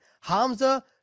Hamza